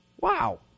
Wow